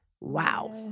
Wow